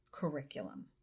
curriculum